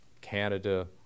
Canada